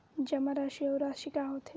जमा राशि अउ राशि का होथे?